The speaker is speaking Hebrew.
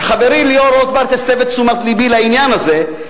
וחברי ליאור רוטברט הסב את תשומת לבי לעניין הזה.